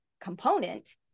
component